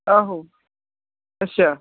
ਆਹੋ ਅੱਛਾ